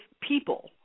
people